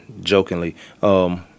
jokingly